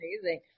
amazing